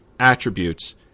attributes